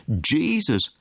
Jesus